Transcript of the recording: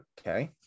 okay